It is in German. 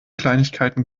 kleinigkeiten